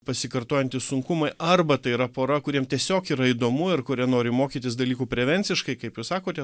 pasikartojantys sunkumai arba tai yra pora kuriem tiesiog yra įdomu ir kurie nori mokytis dalykų prevenciškai kaip jūs sakote